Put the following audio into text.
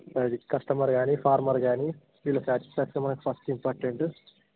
అది కస్టమర్ కానీ ఫార్మర్ కానీ వీళ్ళ స్యాటిస్ఫ్యాక్షన్ మనకు ఫస్ట్ ఇంపార్టెంట్